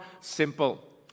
simple